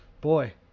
boy